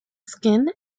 skin